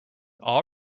all